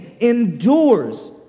endures